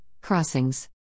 Crossings